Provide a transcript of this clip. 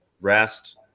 rest